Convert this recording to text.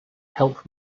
help